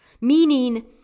Meaning